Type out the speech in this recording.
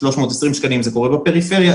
320 שקלים אם זה קורה בפריפריה,